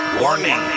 Warning